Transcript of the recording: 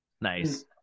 Nice